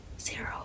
zero